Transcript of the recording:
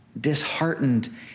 disheartened